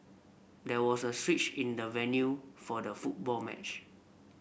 there was a switch in the venue for the football match